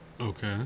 Okay